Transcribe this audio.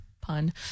pun